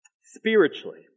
Spiritually